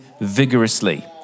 vigorously